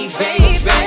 baby